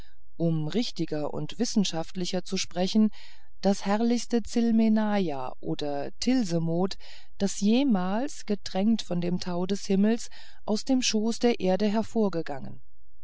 um richtiger und wissenschaftlicher zu sprechen das herrlichste tsilmenaja oder tilsemoht das jemals getränkt von dem tau des himmels aus dem schoß der erde hervorgegangen